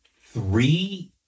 three